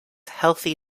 healthy